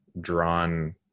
drawn